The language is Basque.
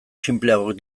sinpleagoak